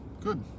good